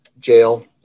jail